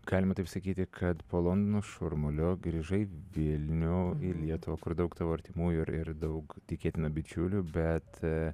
galima taip sakyti kad po londono šurmulio grįžai į vilnių į lietuvą kur daug tavo artimųjų ir ir daug tikėtina bičiulių bet